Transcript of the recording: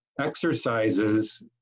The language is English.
exercises